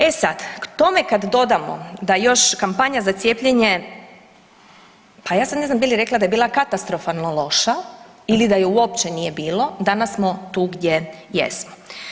E sad, k tome kad dodamo da još kampanja za cijepljenje, pa ja sad ne znam bi li rekla da je bila katastrofalno loša ili da je uopće nije bilo, danas smo tu gdje jesmo.